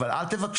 אבל אל תבקשו.